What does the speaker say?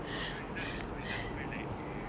you know you know like for example like uh